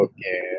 Okay